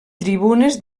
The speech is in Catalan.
tribunes